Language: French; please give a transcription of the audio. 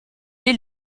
dès